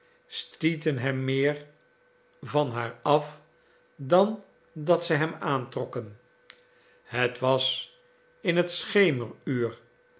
stieten hem meer van haar af dan dat ze hem aantrokken het was in het